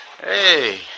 Hey